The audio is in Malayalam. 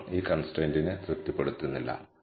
21 ഈ കൺസ്ട്രൈന്റിനെ തൃപ്തിപ്പെടുത്തുന്നില്ല